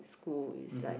school is like